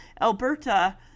Alberta